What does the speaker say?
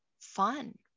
fun